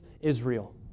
Israel